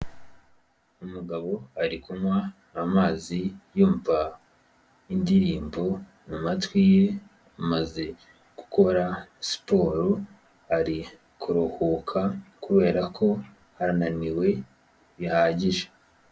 Umugabo ari kunywa amazi yumva indirimbo mu matwi ye amaze gukora siporo ari kuruhuka kubera ko arananiwe bihagije.